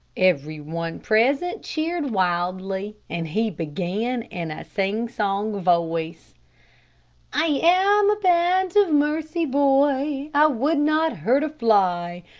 everyone present cheered wildly, and he began in a singsong voice i am a band of mercy boy, i would not hurt a fly,